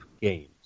games